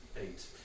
Eight